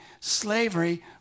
slavery